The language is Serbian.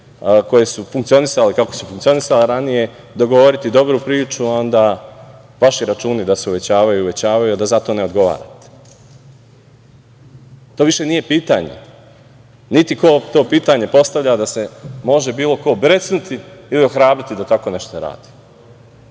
koje su funkcionisale kako su funkcionisale ranije, dogovoriti dobru priču, a onda vaši računi da se uvećavaju, uvećavaju, a da za to ne odgovarate. To više nije pitanje, niti ko to pitanje postavlja da se može bilo ko brecnuti ili ohrabriti da tako nešto radi.